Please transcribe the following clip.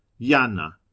Jana